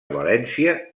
valència